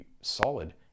solid